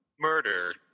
murder